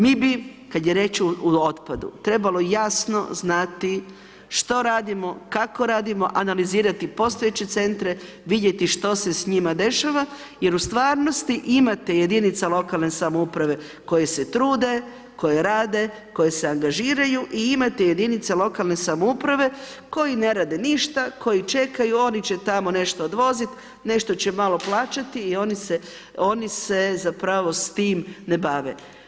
Mi bi kada je riječ o otpadu, trebalo jasno znati, što radimo, kako radimo, analizirati postojeće centre, vidjeti što se s njima dešava, jer u stvarnosti imate jedinice lokalne samouprave koje se trude, koje rade, koje se angažiraju i imati jedinice lokalne samouprave koji ne rade ništa, koji čekaju, oni će tamo nešto odvoziti, nešto će malo plaćati i oni se zapravo s tim ne bave.